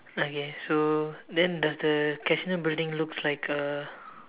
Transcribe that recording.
uh yes so then does the casino building looks like a